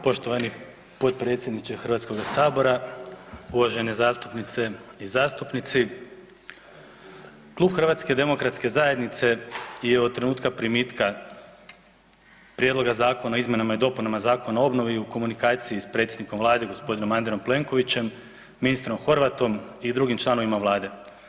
Poštovani potpredsjedniče Hrvatskoga sabora, uvažene zastupnice i zastupnici, Klub HDZ-a je od trenutka primitka Prijedloga Zakona o izmjenama i dopunama Zakona o obnovi u komunikaciji s predsjednikom Vlade gospodinom Andrejom Plenkovićem, ministrom Horvatom i drugim članovima Vlade.